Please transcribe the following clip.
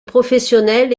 professionnelle